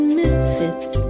misfits